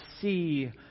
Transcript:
see